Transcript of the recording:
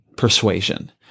persuasion